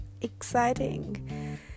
exciting